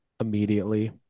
immediately